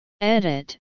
Edit